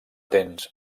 tens